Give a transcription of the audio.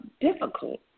difficult